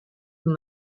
from